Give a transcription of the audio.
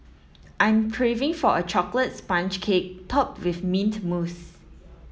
I'm craving for a chocolate sponge cake topped with mint mousse